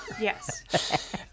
Yes